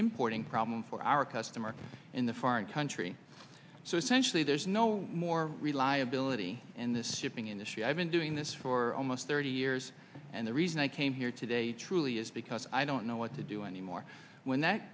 importing problem for our customer in the foreign country so essentially there's no more reliability in this shipping industry i've been doing this for almost thirty years and the reason i came here today truly is because i don't know what the do anymore when that